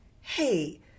hey